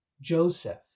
Joseph